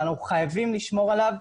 ואנחנו חייבים לשמור עליו,